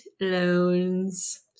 loans